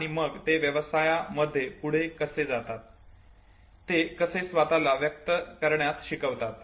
आणि मग ते व्यवसायामध्ये पुढे कसे जातात ते कसे स्वतःला व्यक्त करण्यास शिकतात